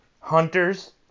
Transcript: Hunters